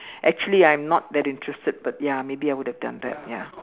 actually I'm not that interested but ya maybe I would have done that ya